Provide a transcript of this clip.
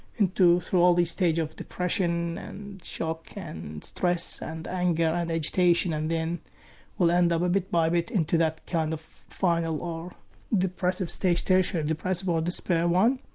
into through all these stages of depression and shock and stress and anger and agitation, and then will end up bit by bit into that kind of final or depressive stage territory, a depressive or despair one.